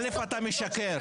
אל"ף, אתה משקר.